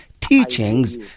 teachings